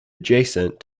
adjacent